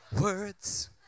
Words